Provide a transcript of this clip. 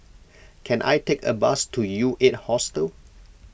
can I take a bus to U eight Hostel